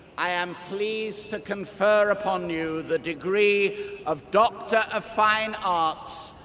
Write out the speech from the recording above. i am pleased to confer upon you the degree of doctor of fine arts,